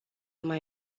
mai